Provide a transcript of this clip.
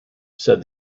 said